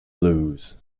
blues